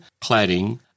cladding